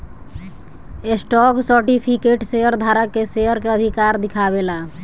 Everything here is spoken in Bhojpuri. स्टॉक सर्टिफिकेट शेयर धारक के शेयर के अधिकार दिखावे ला